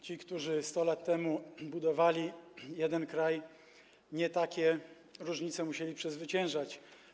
Ci, którzy 100 lat temu budowali jeden kraj, nie takie różnice musieli przezwyciężać.